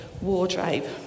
wardrobe